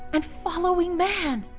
and following man.